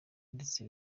ndetse